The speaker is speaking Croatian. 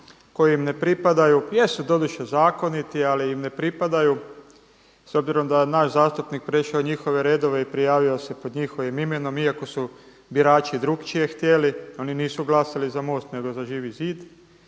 koji im ne pripadaju. Jesu doduše zakoniti ali im ne pripadaju, s obzirom da je naš zastupnik prešao u njihove redove i prijavio se pod njihovim imenom iako su birači drukčije htjeli, oni nisu glasali za MOST nego za Živi zid